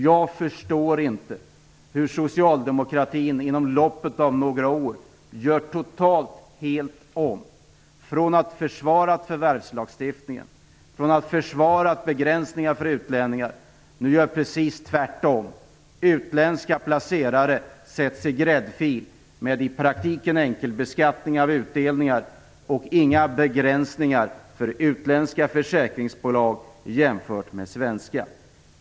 Jag förstår inte att socialdemokratin inom loppet av några år gör totalt helt om - från att ha försvarat förvärvslagstiftningen och begränsningar för utlänningar gör man precis tvärtom. Utländska placerare sätts i gräddfil med i praktiken enkelbeskattning av utdelningar. Det finns inga begränsningar för utländska försäkringsbolag jämfört med svenska.